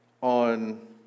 on